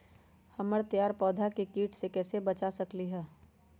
हमर तैयार पौधा के हम किट से कैसे बचा सकलि ह?